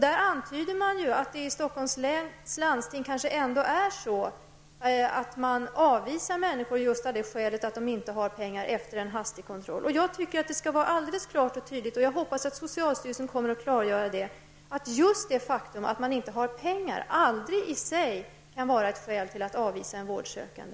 Det antyds att man i Stockholms läns landsting avvisar människor efter en hastig kontroll just av det skälet att de inte har pengar. Jag anser att det skall vara alldeles klart och tydligt, och jag hoppas att socialstyrelsen kommer att klargöra detta, att det faktum att man inte har pengar aldrig i sig kan vara ett skäl till att avvisa en vårdsökande.